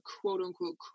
quote-unquote